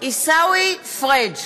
עיסאווי פריג'